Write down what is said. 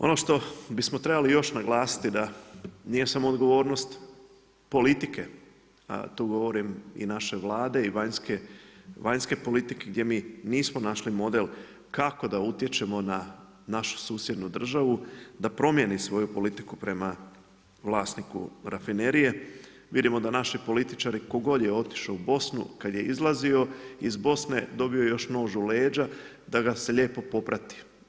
Ono što bismo trebali još naglasiti, da nije samo odgovornost politike, a tu govorim i naše vlade i vanjske politike, gdje mi nismo našli model kako da utječemo na našu susjednu državu, da promjeni svoju politiku, prema vlasniku rafinerije, vidimo da naši političari, tko god je otišao u Bosnu, kad je izlazio iz Bosne dobio je još nož u leđa da ga se lijepo poprati.